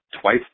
twice